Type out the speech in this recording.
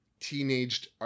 teenaged